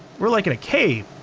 we're like in a cave